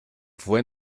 fue